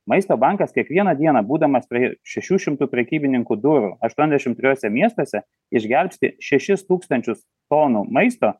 maisto bankas kiekvieną dieną būdamas prie šešių šimtų prekybininkų durų aštuoniasdešim trijuose miestuose išgelbsti šešis tūkstančius tonų maisto